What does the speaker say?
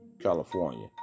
California